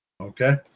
Okay